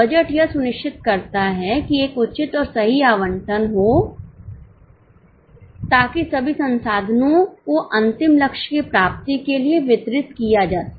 budget यह सुनिश्चित करता है कि एक उचित औरसही आवंटन हो है ताकि सभी संसाधनों को अंतिम लक्ष्य की प्राप्ति के लिए वितरित किया जा सके